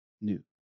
new